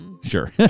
Sure